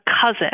cousin